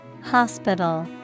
Hospital